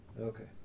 Okay